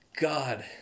God